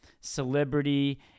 celebrity